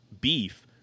beef